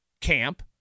camp